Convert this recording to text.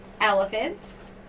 Elephants